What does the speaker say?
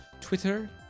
Twitter